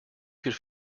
could